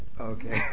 okay